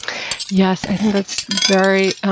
yes. i think that's very.